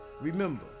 Remember